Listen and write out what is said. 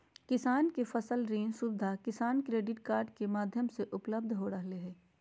किसान के फसल ऋण सुविधा किसान क्रेडिट कार्ड के माध्यम से उपलब्ध हो रहल हई